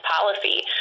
policy